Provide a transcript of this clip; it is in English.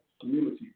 community